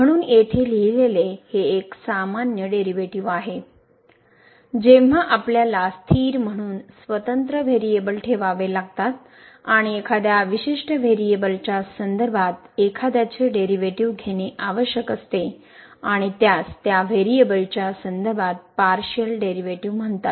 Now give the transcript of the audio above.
म्हणून येथे लिहिलेले हे एक सामान्य डेरिव्हेटिव्ह आहे जेव्हा आपल्याला स्थिर म्हणून स्वतंत्र व्हेरिएबल ठेवावे लागतात आणि एखाद्या विशिष्ट व्हेरिएबलच्या संदर्भात एखाद्याचे डेरिव्हेटिव्ह घेणे आवश्यक असते आणि त्यास त्या व्हेरिएबलच्या संदर्भात पारशिअल डेरिव्हेटिव्ह म्हणतात